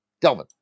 Delvin